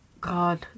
God